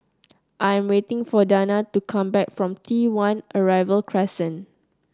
I am waiting for Danna to come back from T One Arrival Crescent